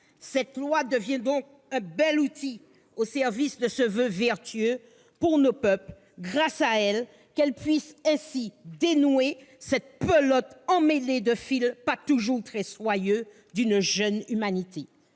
Cette loi devient donc un bel outil au service de ce voeu vertueux pour nos peuples. Grâce à elle, pourra se dénouer la pelote emmêlée des fils, pas toujours très soyeux, d'une jeune humanité.